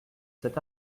cet